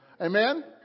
Amen